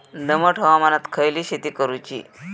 दमट हवामानात खयली शेती करूची?